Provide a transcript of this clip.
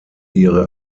ihre